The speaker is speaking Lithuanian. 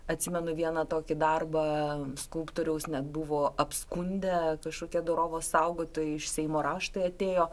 atsimenu vieną tokį darbą skulptoriaus net buvo apskundę kažkokie dorovės saugotojai iš seimo raštai atėjo